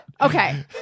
Okay